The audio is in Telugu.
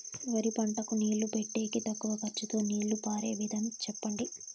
వరి పంటకు నీళ్లు పెట్టేకి తక్కువ ఖర్చుతో నీళ్లు పారే విధం చెప్పండి?